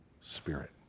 Spirit